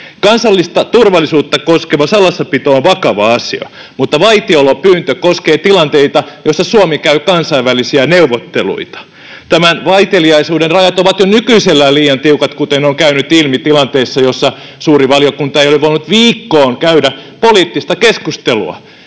Kansallista turvallisuutta koskeva salassapito on vakava asia, mutta vaitiolopyyntö koskee tilanteita, joissa Suomi käy kansainvälisiä neuvotteluja. Tämän vaiteliaisuuden rajat ovat jo nykyisellään liian tiukat, kuten on käynyt ilmi tilanteissa, joissa suuri valiokunta ei ole voinut viikkoon käydä poliittista keskustelua